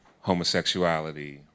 homosexuality